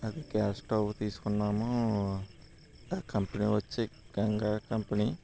అది gas stove తీసుకున్నాము ఆ కంపెనీ వచ్చి గంగా కంపెనీ